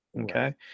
Okay